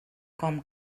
com